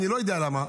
אני לא יודע למה,